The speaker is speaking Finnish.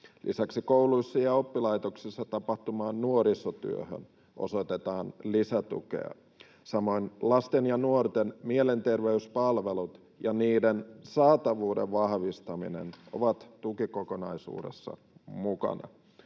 Lisäksi kouluissa ja oppilaitoksissa tapahtuvaan nuorisotyöhön osoitetaan lisätukea. Samoin lasten ja nuorten mielenterveyspalvelut ja niiden saatavuuden vahvistaminen ovat tukikokonaisuudessa mukana.